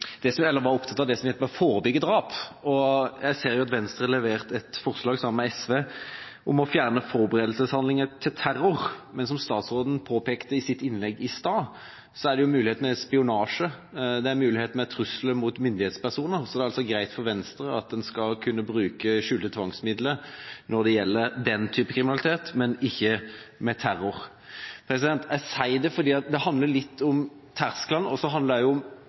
Venstre har levert et forslag sammen med SV om å fjerne forberedelseshandlinger til terror. Men som statsråden påpekte i sitt innlegg i stad, er det jo en mulighet med spionasje, og det er en mulighet med trusler mot myndighetspersoner. Så det er altså greit for Venstre at en skal kunne bruke skjulte tvangsmidler når det gjelder den type kriminalitet, men ikke med terror. Jeg sier det fordi det handler litt om tersklene, og det handler